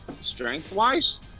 Strength-wise